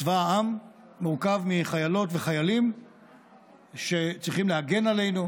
צבא העם מורכב מחיילות וחיילים שצריכים להגן עלינו,